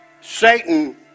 Satan